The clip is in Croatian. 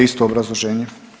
Isto obrazloženje.